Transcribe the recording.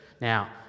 Now